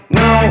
no